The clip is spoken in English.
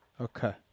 Okay